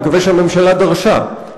אני מקווה שהממשלה דרשה,